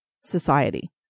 society